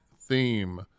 theme